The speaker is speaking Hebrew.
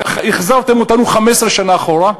החזרתם אותנו 15 שנה אחורה.